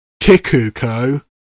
Kikuko